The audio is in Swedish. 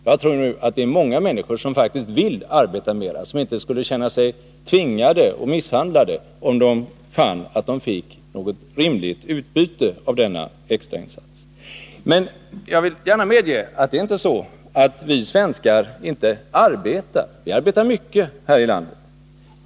Jag tror emellertid att det finns många människor som faktiskt vill arbeta mera, som inte skulle känna sig tvingade eller misshandlade, om de bara fick något rimligt utbyte av denna extrainsats. Men jag vill gärna medge att det inte är så att vi svenskar inte arbetar. Vi arbetar mycket här i landet.